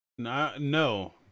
No